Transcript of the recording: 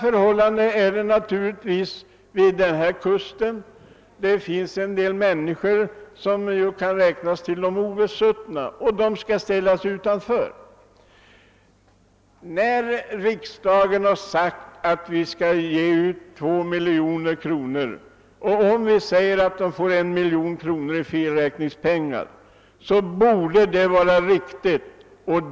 Förhållandet är naturligtvis detsamma vid denna kust. Det finns en del människor som kan räknas till de obesuttna och de skall ställas utanför. När riksdagen har sagt att vi skall ge ut 2 miljoner kronor, och om vi anslår 1 miljon kronor i felräkningspengar, borde det räcka.